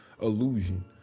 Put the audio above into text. illusion